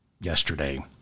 yesterday